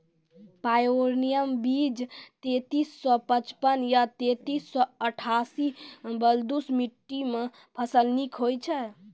Pioneer बीज तेंतीस सौ पचपन या तेंतीस सौ अट्ठासी बलधुस मिट्टी मे फसल निक होई छै?